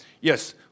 Yes